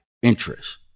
Interest